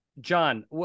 John